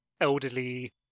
elderly